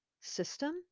system